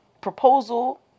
proposal